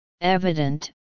evident